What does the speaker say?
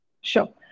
sure